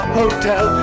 hotel